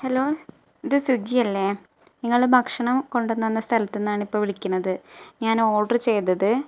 hello ഇത് സ്വിഗ്ഗിയല്ലേ നിങ്ങൾ ഭക്ഷണം കൊണ്ടുവന്ന് തന്ന സ്ഥലത്തുനിന്നാണ് ഇപ്പോൾ വിളിക്കുന്നത് ഞാൻ ഓഡ്റ് ചെയ്തത്